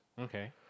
Okay